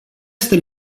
este